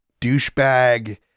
douchebag